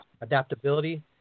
Adaptability